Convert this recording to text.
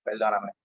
perdóname